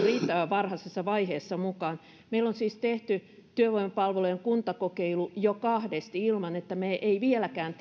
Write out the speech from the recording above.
riittävän varhaisessa vaiheessa mukaan meillä on siis tehty työvoimapalvelujen kuntakokeilu jo kahdesti ilman että me vieläkään